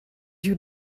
you